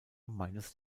meines